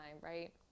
right